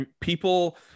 people